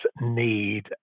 need